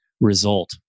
result